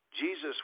Jesus